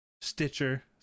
Stitcher